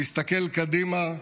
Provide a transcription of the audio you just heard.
להסתכל קדימה.